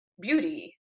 beauty